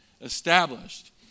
established